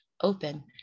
open